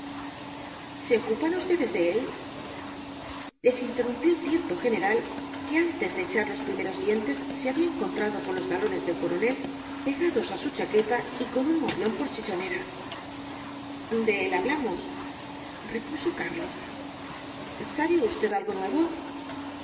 se ocupan ustedes de él les interrumpió cierto general que antes de echar los primeros dientes se había encontrado con los galones de coronel pegados á su chaqueta y con un morrión por chichonera de él hablamos repuso carlos sabe usted alfo nuevo